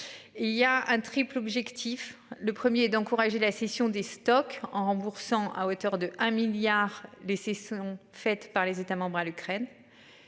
Il y a un triple objectif. Le 1er d'encourager la cession des stocks en remboursant à hauteur de 1 milliard. Selon faites par les États membres à l'Ukraine.